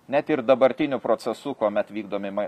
net ir dabartiniu procesu kuomet vykdomi mai